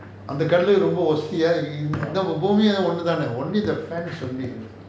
அந்த காலு ரொம்ப:antha kaalu romba eh இந்த பூமி:intha bhoomi eh ஒன்னு தான:onnu thaana only the fence only